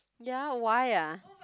ya why ah